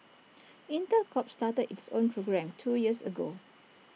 Intel Corp started its own program two years ago